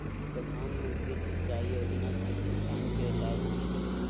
प्रधानमंत्री सिंचाई योजना सँ किसानकेँ लाभ भेटत